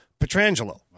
Petrangelo